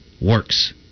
works